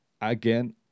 again